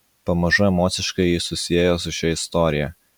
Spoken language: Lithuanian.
pamažu emociškai ji susisiejo su šia istorija